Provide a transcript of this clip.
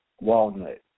Walnut